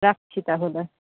রাখছি তাহলে